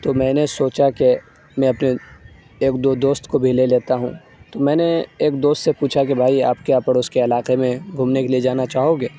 تو میں نے سوچا کہ میں اپنے ایک دو دوست کو بھی لے لیتا ہوں تو میں نے ایک دوست سے پوچھا کہ بھائی آپ کیا پڑوس کے علاقے میں گھومنے کے لیے جانا چاہو گے